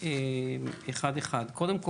פה מדובר על פרוצדורה מאוד ספציפית, אני רק אומר